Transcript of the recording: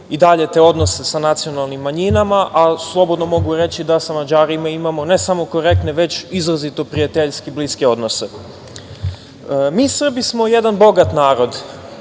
i dalje te odnose sa nacionalnim manjinama. Slobodno mogu reći da sa Mađarima imamo ne samo korektne, već izrazito prijateljski bliske odnose. Mi Srbi smo jedan bogat narod,